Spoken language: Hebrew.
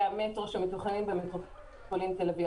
המטרו שמתוכננים במטרופולין תל-אביב-יפו.